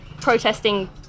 Protesting